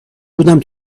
بودم